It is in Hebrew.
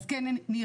אז כן ניר,